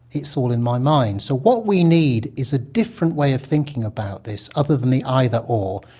it's all in my mind'. so what we need is a different way of thinking about this other than the either or,